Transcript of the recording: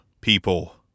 people